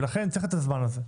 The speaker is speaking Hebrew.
ולכן צריך את הזמן הזה.